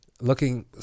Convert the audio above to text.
looking